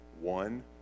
one